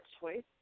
choice